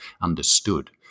understood